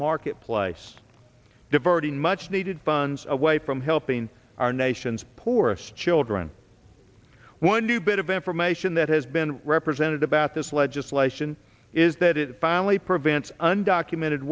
marketplace diverting much needed funds away from helping our nation's poorest children one new bit of information that has been represented about this legislation is that it finally prevents undocumented